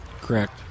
Correct